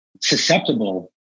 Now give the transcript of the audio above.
susceptible